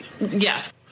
Yes